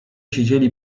siedzieli